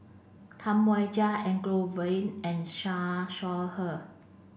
Tam Wai Jia Elangovan and Siew Shaw Her